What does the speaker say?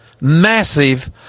Massive